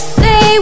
say